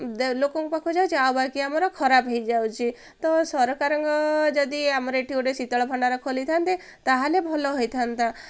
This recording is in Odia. ଲୋକଙ୍କ ପାଖକୁ ଯାଉଛି ଆଉ ବାକି ଆମର ଖରାପ ହେଇଯାଉଛି ତ ସରକାରଙ୍କ ଯଦି ଆମର ଏଇଠି ଗୋଟେ ଶୀତଳ ଭଣ୍ଡାର ଖୋଲିଥାନ୍ତେ ତା'ହେଲେ ଭଲ ହେଇଥାନ୍ତା